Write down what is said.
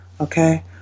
okay